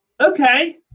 okay